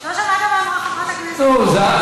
לא שמעת מה אמרה חברת הכנסת קורן?